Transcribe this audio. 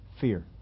fear